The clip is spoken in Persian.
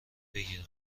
بگیرم